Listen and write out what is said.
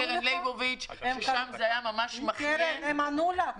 הם ענו לך?